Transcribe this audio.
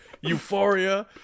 Euphoria